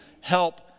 help